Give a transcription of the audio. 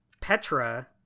Petra